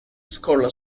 skorla